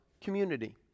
community